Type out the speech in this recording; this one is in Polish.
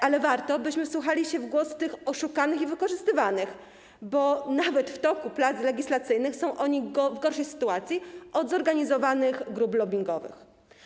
Ale warto, byśmy wsłuchali się w głos oszukanych i wykorzystywanych, bo nawet w toku prac legislacyjnych są oni w gorszej sytuacji od zorganizowanych grup lobbingowych.